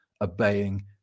obeying